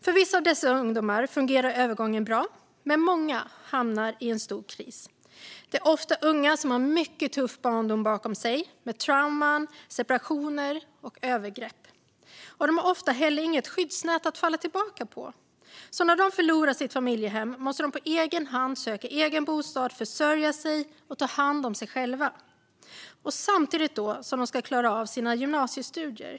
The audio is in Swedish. För vissa av dessa ungdomar fungerar övergången bra, men många hamnar i en stor kris. Det är ofta unga personer som har en mycket tuff barndom bakom sig med trauman, separationer och övergrepp. Och de har ofta inte heller något skyddsnät att falla tillbaka på. När de förlorar sitt familjehem måste de på egen hand söka egen bostad, försörja sig och ta hand om sig själva. Samtidigt ska de klara av sina gymnasiestudier.